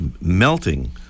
melting